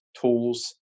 tools